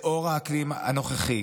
לאור האקלים הנוכחי,